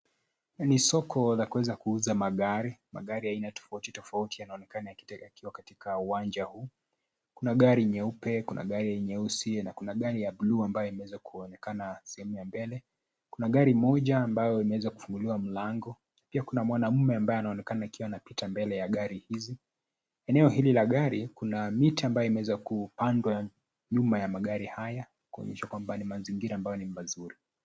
Ni soko la kuweza kuuza magari. Magari ya aina tofati tofati yanaonekana yakiwa katika wanja huu. Kuna gari nyeupe, kuna gari nyeusi na kuna gari ya bluu ambawe imeweza kuonekana sehemu ya mbele. Kuna gari moja ambayo imewezwa kufunguliwa mlango. Pia kuna mwanamume ambaye anaonekana akiwa anapita mbele ya gari hizi. Eneo hili la gari, kuna mita ambayo imeweza kupandwa nyuma ya magari haya kuonyesha kwamba ni manzingira ambayo ni mazuri.